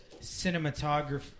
cinematography